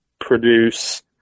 produce